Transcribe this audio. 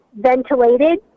ventilated